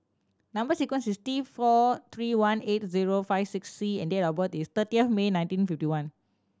number sequence is T four three one eight zero five six C and date of birth is thirtieth May nineteen fifty one